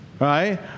Right